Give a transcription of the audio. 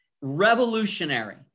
revolutionary